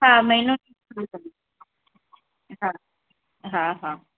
हा महिनो हा हा हा